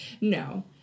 No